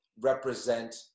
represent